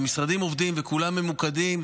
והמשרדים עובדים וכולם ממוקדים,